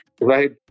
right